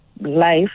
life